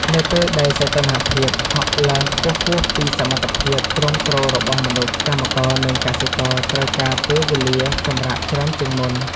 នៅពេលដែលសីតុណ្ហភាពហក់ឡើងខ្ពស់ហួសពីសមត្ថភាពទ្រាំទ្ររបស់មនុស្ស កម្មករ និងកសិករត្រូវការពេលវេលាសម្រាកច្រើនជាងមុន។